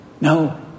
No